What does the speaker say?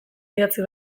idatzi